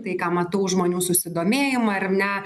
tai ką matau žmonių susidomėjimą ar ne